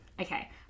okay